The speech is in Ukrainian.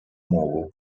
мову